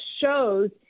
shows